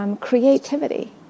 Creativity